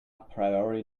priori